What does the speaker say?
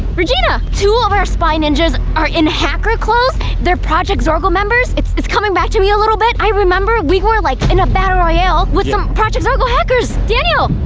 regina, two of our spy ninjas are in hacker clothes their projects oracle members. it's it's coming back to me a little bit i remember we were like in a battle royale with some project circle hackers daniel